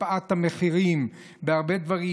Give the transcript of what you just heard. הקפאת המחירים בהרבה דברים,